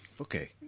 Okay